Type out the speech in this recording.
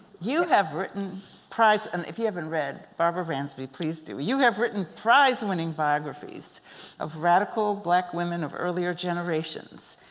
you have written prize and if you haven't read barbara ransby please do. you have written prize winning biographies of radical black women of earlier generations.